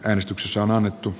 äänestyksessä on annettu